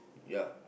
ya